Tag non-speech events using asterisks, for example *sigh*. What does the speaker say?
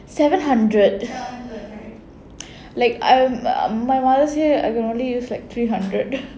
seven hundred like um my mother say I can only use like three hundred *noise*